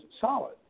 solid